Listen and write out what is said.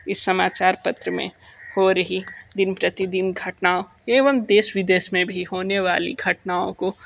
इस समाचार पत्र में हो रही दिन प्रतिदिन घटनाओं एवं देश विदेश में भी होने वाली घटनाओं को